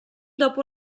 dopo